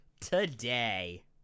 Today